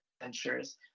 adventures